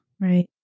Right